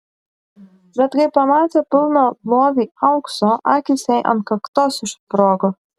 bet kai pamatė pilną lovį aukso akys jai ant kaktos išsprogo